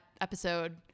episode